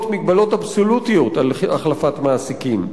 מגבלות אבסולוטיות על החלפת מעסיקים.